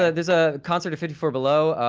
ah there's a concert at fifty four below.